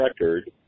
record